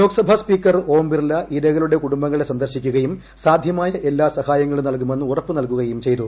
Lok Sabha speaker Om Birla ഇരകളുടെ കുടുംബങ്ങളെ സന്ദർശിക്കുകയും സാധ്യമായ എല്ലാ സഹായങ്ങളും നൽകുമെന്ന് ഉറപ്പുനൽകുകയും ചെയ്തു